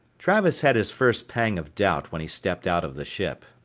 travis had his first pang of doubt when he stepped out of the ship.